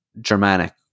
Germanic